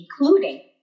including